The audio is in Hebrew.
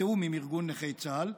בתיאום עם ארגון נכי צה"ל,